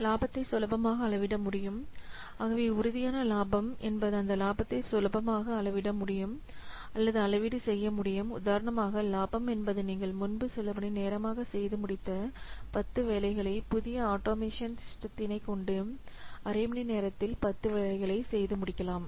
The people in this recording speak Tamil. லாபத்தை சுலபமாக அளவிட முடியும் ஆகவே உறுதியான லாபம் என்பது அந்த லாபத்தை சுலபமாக அளவிட முடியும் அல்லது அளவீடு செய்ய முடியும்உதாரணமாக லாபம் என்பது நீங்கள் முன்பு சில மணி நேரமாக செய்து முடித்த 10 வேலைகளை புதிய ஆட்டோமேஷன் சிஸ்டத்தினை கொண்டு அரைமணிநேரத்தில் நேரத்தில் பத்து வேலைகளை செய்து முடிக்கலாம்